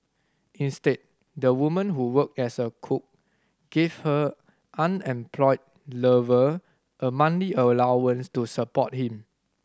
instead the woman who worked as a cook gave her unemployed lover a monthly allowance to support him